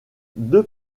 deux